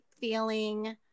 feeling